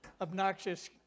obnoxious